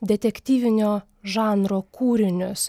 detektyvinio žanro kūrinius